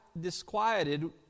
disquieted